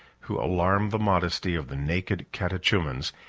who alarmed the modesty of the naked catechumens,